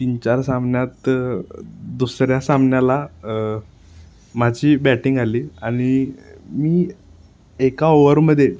तीन चार सामन्यात दुसऱ्या सामन्याला माझी बॅटिंग आली आणि मी एका ओवरमध्ये